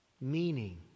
Meaning